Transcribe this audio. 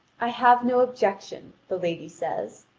i have no objection, the lady says.